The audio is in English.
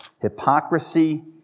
Hypocrisy